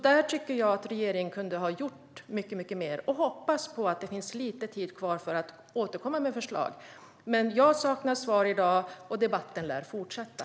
Där tycker jag att regeringen kunde ha gjort mycket mer. Jag hoppas att det finns lite tid kvar för att återkomma med förslag. Men jag saknar svar i dag, och debatten lär fortsätta.